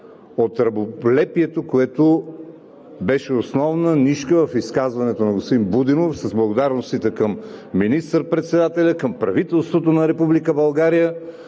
от раболепието, което беше основна нишка в изказването на господин Будинов – с благодарностите към министър-председателя, към правителството на